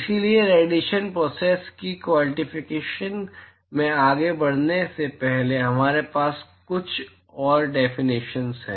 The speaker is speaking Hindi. इसलिए रेडिएशन प्रोसेस के क्वॉंटीफिकेशन में आगे बढ़ने से पहले हमारे पास कुछ और डेफिनेशन्स हैं